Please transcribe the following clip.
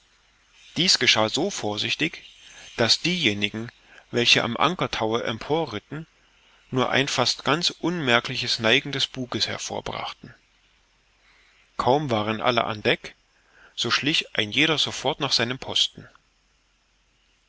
dies geschah so vorsichtig daß diejenigen welche am ankertaue emporritten nur ein fast ganz unmerkliches neigen des buges hervorbrachten kaum waren alle an deck so schlich ein jeder sofort nach seinem posten